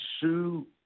sue